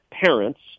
parents